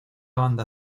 banda